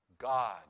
God